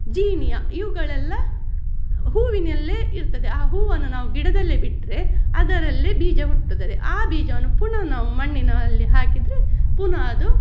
zinnia ಇವುಗಳೆಲ್ಲ ಹೂವಿನಲ್ಲೆ ಇರ್ತದೆ ಆ ಹೂವನ್ನು ನಾವು ಗಿಡದಲ್ಲೆ ಬಿಟ್ಟರೆ ಅದರಲ್ಲೆ ಬೀಜ ಹುಟ್ಟುತ್ತದೆ ಆ ಬೀಜವನ್ನು ಪುನಃ ನಾವು ಮಣ್ಣಿನಲ್ಲಿ ಹಾಕಿದರೆ ಪುನಃ ಅದು